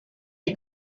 est